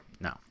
No